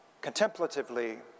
contemplatively